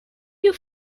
you